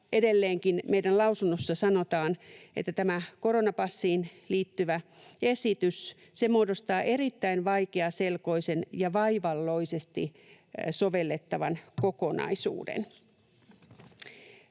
edelleenkin meidän lausunnossa sanotaan, että tämä koronapassiin liittyvä esitys ”muodostaa erittäin vaikeaselkoisen ja vaivalloisesti sovellettavan kokonaisuuden”.